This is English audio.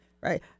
right